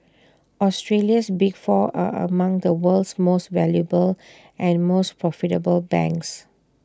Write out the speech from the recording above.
Australia's big four are among the world's most valuable and most profitable banks